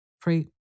Pray